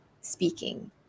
Speaking